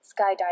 skydiving